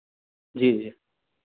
जी जी